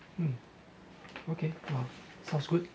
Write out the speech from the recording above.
mm okay !wow! sounds good